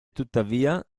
tuttavia